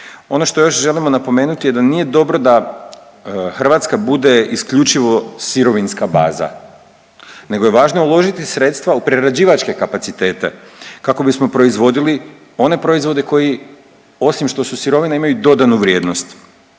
Ono što još želimo napomenuti da nije dobro da Hrvatska bude isključivo sirovinska baza nego je važno uložiti sredstva u prerađivačke kapacitete kako bismo proizvodili one proizvode koji, osim što su sirovine, imaju dodanu vrijednost.